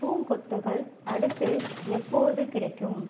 பூங்கொத்துகள் அடுத்து எப்போது கிடைக்கும்